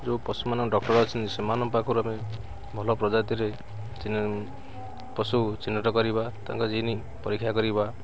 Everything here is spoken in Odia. ଯୋଉ ପଶୁମାନଙ୍କ ଡ଼କ୍ଟର ଅଛନ୍ତି ସେମାନଙ୍କ ପାଖରୁ ଆମେ ଭଲ ପ୍ରଜାତିରେ ଚିହ୍ନ ପଶୁ ଚିହ୍ନଟ କରିବା ତାଙ୍କ ଜିନ୍ ପରୀକ୍ଷା କରିବା